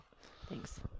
Thanks